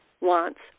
wants